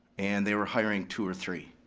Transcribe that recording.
and they were hiring two or three.